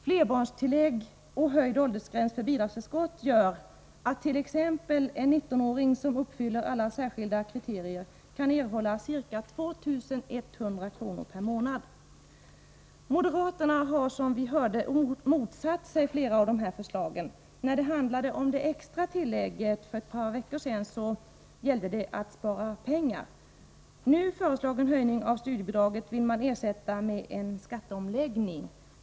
Flerbarnstillägg och höjd åldersgräns för bidragsförskott gör att t.ex. en 19-åring som uppfyller alla särskilda kriterier kan erhålla ca 2 100 kr./månad. Moderaterna har, som vi hörde, motsatt sig flera av dessa förslag. När det handlade om det extra tillägget för ett par veckor sedan gällde det att spara pengar. Nu föreslagen höjning av studiebidraget vill man ersätta med en skatteomläggning.